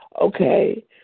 okay